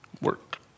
work